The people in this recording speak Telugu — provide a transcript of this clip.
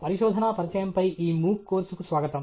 పరిశోధన పరిచయంపై ఈ MOOC కోర్సుకు స్వాగతం